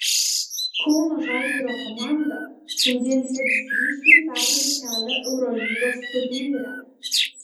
kauno žalgirio komanda šiandien sieks grįžti į pergalių kelią eurolygos turnyre